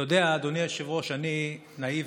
אתה יודע, אדוני היושב-ראש, אני נאיבי.